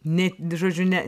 nė žodžiu ne